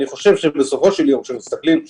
אני חושב, שבסופו של יום, כמסתכלים בגדול,